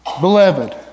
Beloved